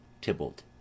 tybalt